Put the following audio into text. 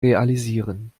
realisieren